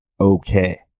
okay